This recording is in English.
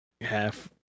Half